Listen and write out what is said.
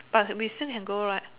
but we still can go right